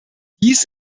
dies